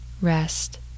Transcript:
Rest